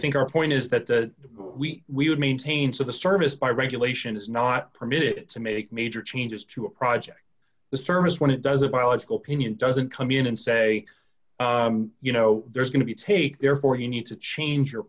think our point is that the we we would maintain so the service by regulation is not permitted to make major changes to a project the service when it does a biological pinioned doesn't come in and say you know there's going to be take therefore you need to change your